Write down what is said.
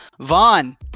Vaughn